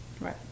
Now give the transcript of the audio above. Right